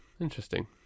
Interesting